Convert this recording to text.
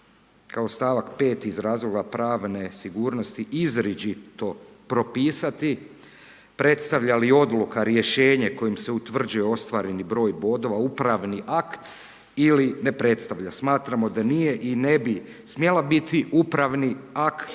kao stavak 5 iz razloga pravne sigurnosti izričito propisati predstavlja li odluka rješenje kojim se utvrđuje ostvareni broj bodova upravni akt ili ne predstavlja. Smatramo da nije i ne bi smjela biti upravni akt